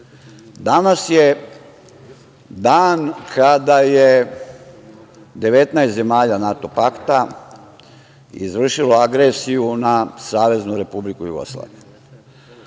Danas je dan kada je 19 zemalja NATO pakta izvršilo agresiju na Saveznu Republiku Jugoslaviju.